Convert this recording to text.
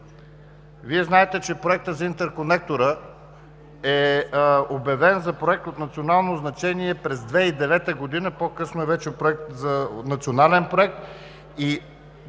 Вие знаете, че Проектът за интерконектора е обявен за проект от национално значение през 2009 година, по-късно вече за национален проект